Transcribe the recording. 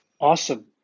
Awesome